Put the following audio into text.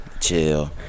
Chill